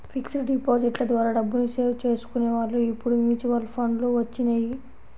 fixed డిపాజిట్ల ద్వారా డబ్బుని సేవ్ చేసుకునే వాళ్ళు ఇప్పుడు మ్యూచువల్ ఫండ్లు వచ్చినియ్యి